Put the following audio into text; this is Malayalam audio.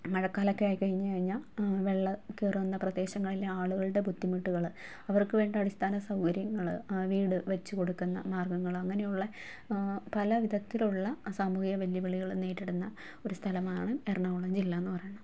മഴക്കാലമൊക്കെ ആയിക്കഴിഞ്ഞ് കഴിഞ്ഞാൽ വെള്ളം കയറുന്ന പ്രദേശങ്ങളിലെ ആളുകളുടെ ബുദ്ധിമുട്ട്കള് അവർക്ക് വേണ്ട അടിസ്ഥാന സൗകര്യങ്ങള് വീട് വെച്ചു കൊടുക്കുന്ന മാർഗ്ഗങ്ങള് അങ്ങനയുള്ള പല വിധത്തിലുള്ള സാമൂഹിക വെല്ലുവിളികള് നേരിടുന്ന ഒരു സ്ഥലമാണ് എറണാകുളം ജില്ല എന്ന് പറയുന്നത്